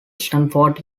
stanford